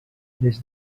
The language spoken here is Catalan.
les